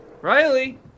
Riley